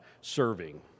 serving